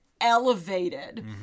elevated